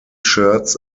shirts